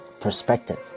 perspective